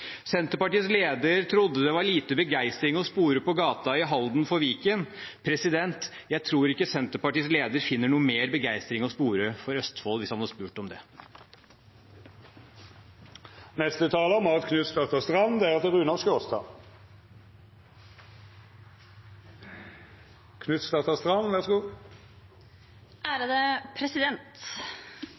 Senterpartiets leder trodde det var lite begeistring for Viken å spore på gata i Halden. Jeg tror ikke Senterpartiets leder ville finne noe mer begeistring for Østfold, hvis han hadde spurt om det.